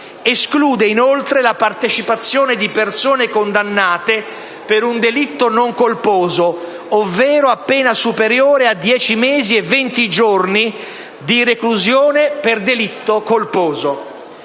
Esclude, inoltre, la partecipazione di persone condannate per un delitto non colposo, ovvero a pena superiore a dieci mesi e venti giorni di reclusione per delitto colposo.